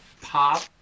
pop